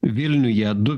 vilniuje du